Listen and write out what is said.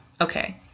Okay